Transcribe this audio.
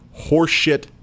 horseshit